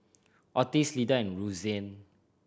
Ottis Lyda and Roseanne